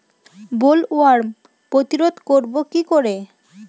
Bollworm প্রতিরোধ করব কি করে?